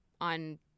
on